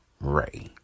Ray